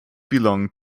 belong